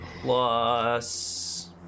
Plus